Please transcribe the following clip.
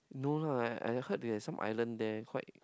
no lah I I heard they have some island there quite